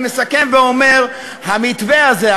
אני מסכם ואומר: המתווה הזה,